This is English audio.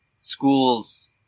schools